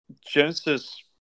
Genesis